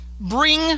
bring